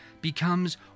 becomes